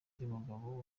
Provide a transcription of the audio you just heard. ry’umugabo